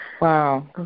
Wow